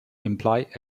imply